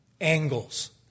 angles